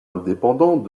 indépendant